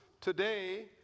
today